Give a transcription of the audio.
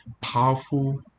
powerful